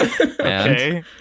Okay